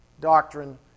doctrine